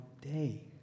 day